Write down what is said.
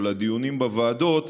או לדיונים בוועדות,